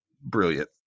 brilliant